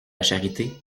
charité